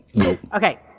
Okay